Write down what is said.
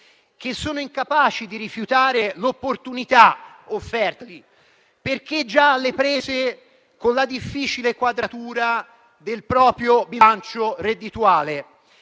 che sono incapaci di rifiutare l'opportunità offerta, perché già alle prese con la difficile quadratura del proprio bilancio reddituale.